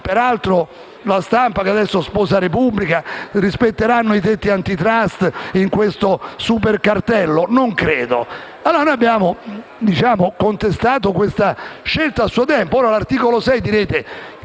Peraltro, «La Stampa» adesso sposa «la Repubblica»: rispetteranno i tetti *antitrust* in questo supercartello? Non credo. Noi abbiamo contestato questa scelta a suo tempo. Ora l'articolo 6, direte,